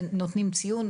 נותנים ציון,